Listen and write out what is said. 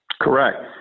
Correct